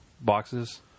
boxes